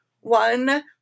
one